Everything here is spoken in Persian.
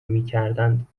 میکردند